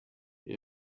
j’ai